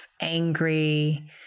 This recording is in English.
angry